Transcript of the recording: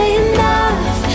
enough